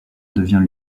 devient